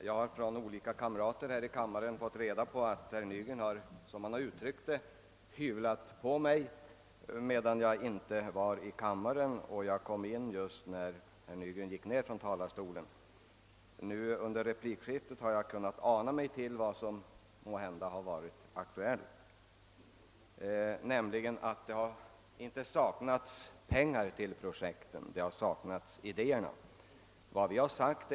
Herr talman! Jag har av kamrater här i kammaren fått veta att herr Nygren, som han uttryckt sig, har hyvlat på mig medan jag inte var i kammaren; jag kom in just när herr Nygren gick ned från talarstolen. Under det följande replikskiftet har jag kunnat ana mig till vad som måhända har varit aktuellt, nämligen att det inte har saknats pengar till berörda projekt, utan att det är idéerna som har saknats.